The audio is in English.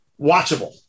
watchable